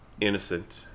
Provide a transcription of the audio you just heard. innocent